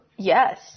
Yes